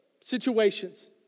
situations